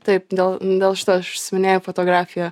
taip dėl dėl šito aš užsiiminėju fotografija